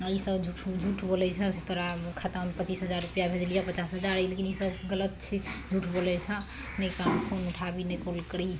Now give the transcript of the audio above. आओर ईसब झूठ झूठ बोलय छै ओइसँ तोरा खातामे पचीस हजार रूपैआ भेजलियै पचास हजार लेकिन ईसब गलत छै झूठ बोलय छऽ ने फोन उठाबी ने कॉल करी